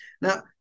Now